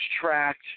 tracked